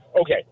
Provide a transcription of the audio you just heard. Okay